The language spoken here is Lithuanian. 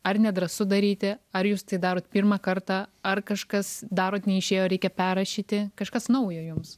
ar nedrąsu daryti ar jūs tai darot pirmą kartą ar kažkas darot neišėjo reikia perrašyti kažkas naujo jums